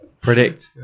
Predict